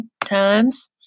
times